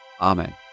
amen